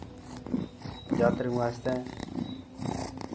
जातरूएं आस्तै